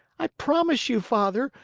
i promise you, father,